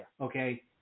Okay